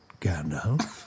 Gandalf